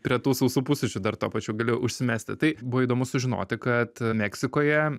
prie tų sausų pusryčių dar tuo pačiu galiu užsimesti tai buvo įdomu sužinoti kad meksikoje